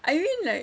I mean like